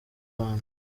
rwanda